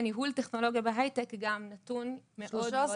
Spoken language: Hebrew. ניהול טכנולוגיה בהייטק זה גם נתון מאוד מאוד נמוך.